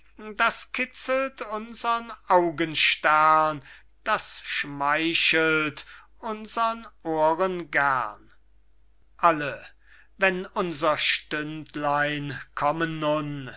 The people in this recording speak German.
das kitzelt unsern augenstern das schmeichelt unsern ohren gern und wenn mein stündlein kommen nun